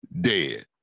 dead